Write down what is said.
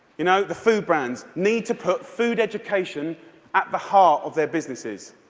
you know, the food brands, need to put food education at the heart of their businesses.